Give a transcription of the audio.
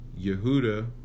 Yehuda